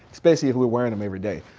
especially if we're wearing them every day.